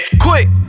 Quick